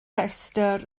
rhestr